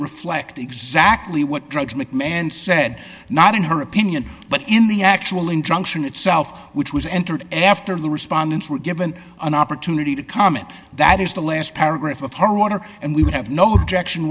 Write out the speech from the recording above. reflect exactly what drugs mcmahon said not in her opinion but in the actual injunction itself which was entered after the respondents were given an opportunity to comment that is the last paragraph of her order and we would have no direction